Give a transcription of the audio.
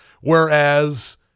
Whereas